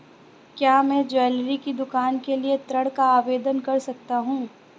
क्या मैं ज्वैलरी की दुकान के लिए ऋण का आवेदन कर सकता हूँ?